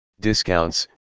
discounts